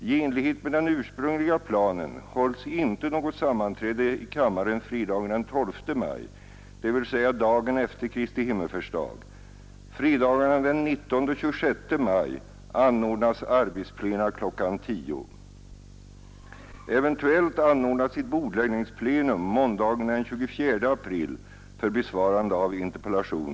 I enlighet med den ursprungliga planen hålls inte något sammanträde i kammaren fredagen den 12 maj, dvs. dagen efter Kristi Himmelsfärdsdag. Fredagarna den 19 och 26 maj anordnas arbetsplena kl. 10.00.